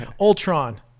ultron